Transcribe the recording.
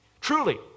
Truly